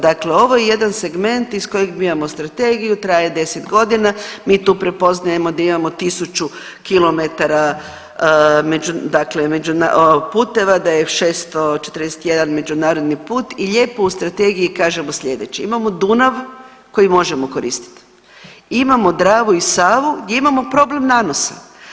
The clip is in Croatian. Dakle, ovo je jedan segment iz kojeg mi imamo strategiju, traje 10 godina mi tu prepoznajemo da imamo tisuću kilometara puteva da je 641 međunarodni put i lijepo u strategiji kažemo sljedeće, imamo Dunav koji možemo koristiti, imamo Dravu i Savu gdje imamo problem nanosa.